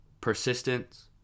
persistence